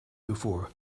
before